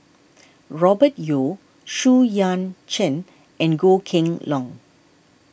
Robert Yeo Xu Yuan Zhen and Goh Kheng Long